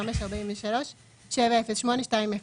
ו-85.43.708200,